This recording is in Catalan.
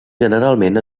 generalment